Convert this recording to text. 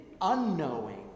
unknowing